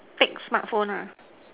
take smartphone ah